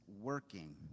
working